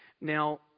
Now